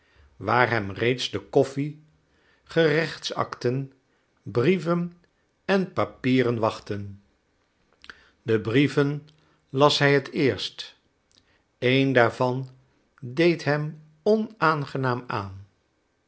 hem reeds de koffie gerechtsacten brieven en papieren wachtten de brieven las hij het eerst een daarvan deed hem onaangenaam aan